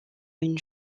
une